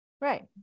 right